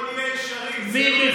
בוא נהיה ישרים, זה לא בסדר.